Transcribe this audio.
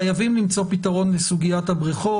חייבים למצוא פתרון לסוגיית הבריכות.